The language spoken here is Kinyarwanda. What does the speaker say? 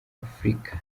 afurika